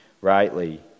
rightly